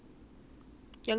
好过养人 leh